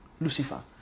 Lucifer